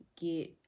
get